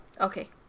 Okay